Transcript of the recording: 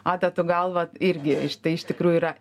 adatų galva irgi tai iš tikrųjų yra